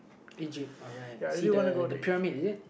Egypt alright see the the pyramid is it